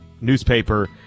newspaper